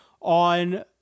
on